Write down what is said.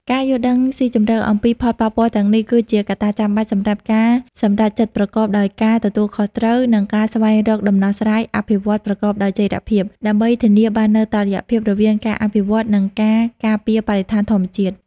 ការយល់ដឹងស៊ីជម្រៅអំពីផលប៉ះពាល់ទាំងនេះ គឺជាកត្តាចាំបាច់សម្រាប់ការសម្រេចចិត្តប្រកបដោយការទទួលខុសត្រូវ និងការស្វែងរកដំណោះស្រាយអភិវឌ្ឍន៍ប្រកបដោយចីរភាព ដើម្បីធានាបាននូវតុល្យភាពរវាងការអភិវឌ្ឍន៍ និងការការពារបរិស្ថានធម្មជាតិ។